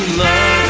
love